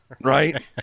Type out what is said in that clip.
right